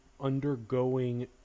undergoing